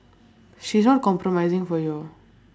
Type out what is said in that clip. she's not compromising for you